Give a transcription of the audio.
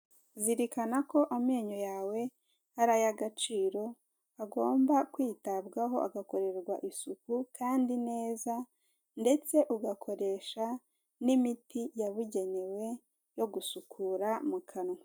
Zirikana ko amenyo yawe ari ay'agaciro agomba kwitabwaho agakorerwa isuku kandi neza ndetse ugakoresha n'imiti yabugenewe yo gusukura mu kanwa.